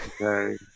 Okay